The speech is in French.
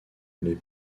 les